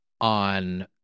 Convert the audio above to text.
on